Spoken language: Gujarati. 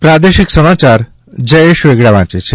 પ્રાદેશિક સમાચાર જયેશ વેગડા વાંચે છે